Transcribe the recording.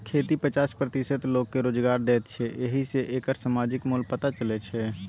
खेती पचास प्रतिशत लोककेँ रोजगार दैत छै एहि सँ एकर समाजिक मोल पता चलै छै